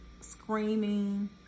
screaming